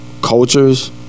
cultures